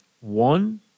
one